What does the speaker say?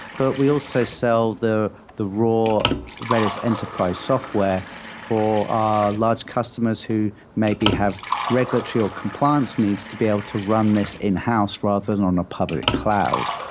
but we also sell the the raw redis enterprise software for our large customers who may be have record tree or compliance needs to be able to run this in-house rather than on a public cloud.